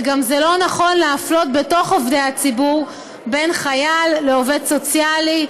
וזה גם לא נכון להפלות בתוך עובדי הציבור בין חייל לעובד סוציאלי,